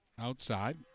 Outside